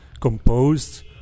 composed